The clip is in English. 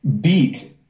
beat